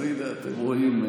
אז הינה, אתם רואים?